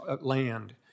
land